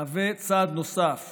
מהווה צעד נוסף